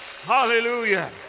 Hallelujah